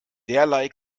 derlei